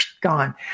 gone